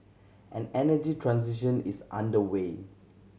an energy transition is underway